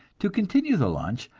to continue the lunch,